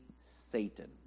Satan